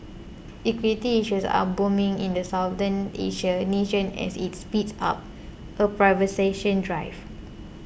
equity issues are booming in the Southeast Asian nation as it speeds up a privatisation drive